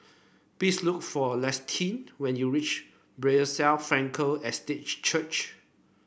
please look for Lissette when you reach Bethesda Frankel Estate Church